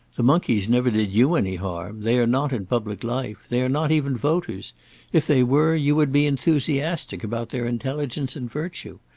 the monkeys never did you any harm they are not in public life they are not even voters if they were, you would be enthusiastic about their intelligence and virtue.